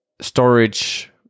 storage